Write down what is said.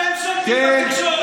אתם שולטים בתקשורת.